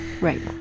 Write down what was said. Right